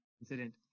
incident